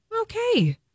Okay